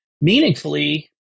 meaningfully